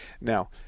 Now